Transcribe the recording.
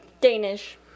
Danish